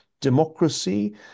democracy